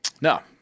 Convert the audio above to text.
no